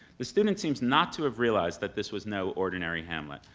the student seems not to have realized that this was no ordinary hamlet,